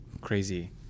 crazy